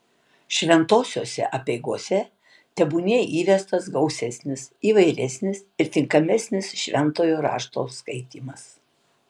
šventosiose apeigose tebūnie įvestas gausesnis įvairesnis ir tinkamesnis šventojo rašto skaitymas